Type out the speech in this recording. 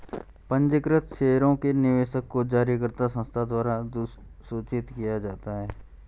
पंजीकृत शेयरों के निवेशक को जारीकर्ता संस्था द्वारा अधिसूचित किया जाता है